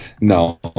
no